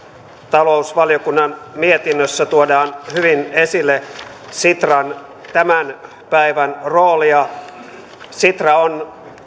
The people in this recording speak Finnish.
talousvaliokunnan mietinnössä tuodaan hyvin esille sitran tämän päivän roolia sitra on